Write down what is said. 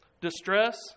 Distress